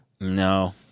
no